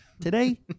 today